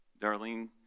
Darlene